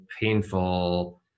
painful